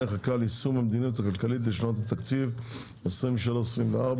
חקיקה ליישום המדיניות הכלכלית לשנות התקציב 2023 ו-2024),